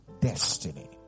destiny